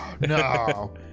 no